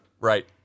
Right